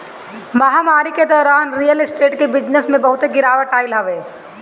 महामारी के दौरान रियल स्टेट के बिजनेस में बहुते गिरावट आइल हवे